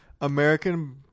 American